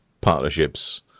partnerships